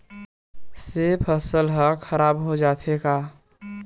से फसल ह खराब हो जाथे का?